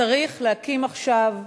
צריך להקים עכשיו